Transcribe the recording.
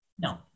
No